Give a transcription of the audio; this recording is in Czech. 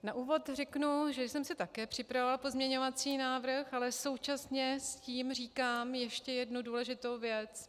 Na úvod řeknu, že jsem se také připravila pozměňovací návrh, ale současně s tím říkám ještě jednu důležitou věc.